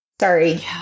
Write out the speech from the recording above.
Sorry